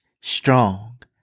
Strong